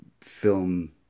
film